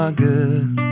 good